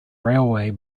railway